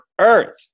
earth